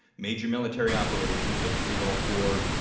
major military operations, such as the gulf war,